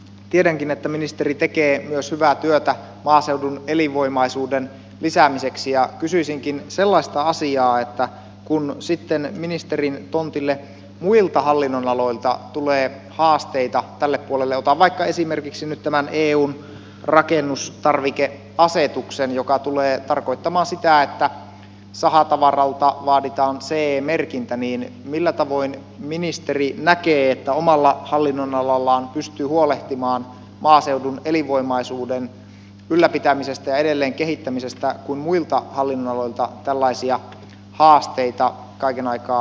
tiedänkin että ministeri tekee myös hyvää työtä maaseudun elinvoimaisuuden lisäämiseksi ja kysyisinkin sellaista asiaa että kun sitten ministerin tontille tulee muilta hallinnonaloilta haasteita tälle puolelle otan vaikka esimerkiksi eun rakennustarvikeasetuksen joka tulee tarkoittamaan sitä että sahatavaralta vaaditaan ce merkintä niin millä tavoin ministeri näkee että omalla hallinnonalallaan pystyy huolehtimaan maaseudun elinvoimaisuuden ylläpitämisestä ja edelleen kehittämisestä kun muilta hallinnonaloilta tällaisia haasteita kaiken aikaa heitellään